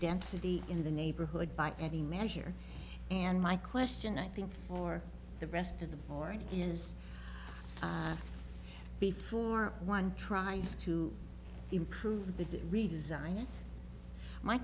density in the neighborhood by any measure and my question i think for the rest of the board is before one tries to improve the redesign my